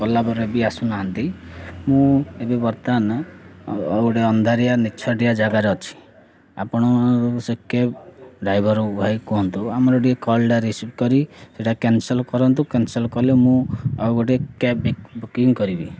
କଲାପରେ ବି ଆସୁନାହାନ୍ତି ମୁଁ ଏବେ ବର୍ତ୍ତମାନ ଗୋଟେ ଅନ୍ଧାରିଆ ନିଚ୍ଛାଟିଆ ଜାଗାରେ ଅଛି ଆପଣ ସେ କ୍ୟାବ୍ ଡ୍ରାଇଭର ଭାଇ କୁହନ୍ତୁ ଆମର ଟିକେ କଲ୍ଟା ରିସିଭ୍ କରି ସେଇଟା କ୍ୟାନସଲ୍ କରନ୍ତୁ କ୍ୟାନସଲ୍ କଲେ ମୁଁ ଆଉ ଗୋଟେ କ୍ୟାବ୍ ବୁକିଂ କରିବି